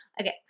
Okay